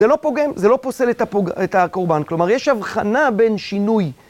זה לא פוגם, זה לא פוסל את הקורבן, כלומר יש הבחנה בין שינוי.